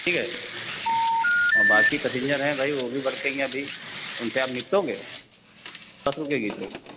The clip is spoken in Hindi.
ठीक है आ बाक़ी पसिंजर है भाई वो भी भड़केंगे अभी उनसे आप निपटोगे बस रुकेगी तो